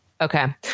Okay